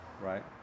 right